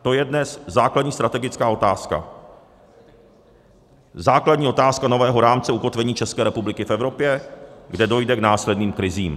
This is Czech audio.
To je dnes základní strategická otázka, základní otázka nového rámce ukotvení České republiky v Evropě, kde dojde k následným krizím.